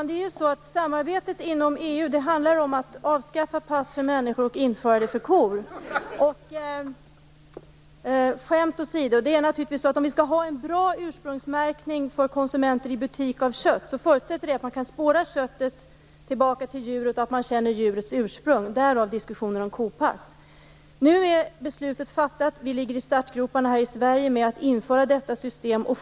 Herr talman! Samarbetet inom EU handlar om att avskaffa pass för människor och införa dem för kor. Skämt åsido: Om vi skall ha en ursprungsmärkning av kött i butik som är bra för konsumenter förutsätter det att man kan spåra köttet tillbaka till djuret och att man känner till djurets ursprung - därav diskussionen om kopass. Nu är beslutet fattat. Vi ligger i startgroparna här i Sverige när det gäller att införa detta system.